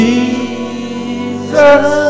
Jesus